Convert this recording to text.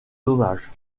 dommages